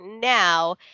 now